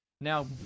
now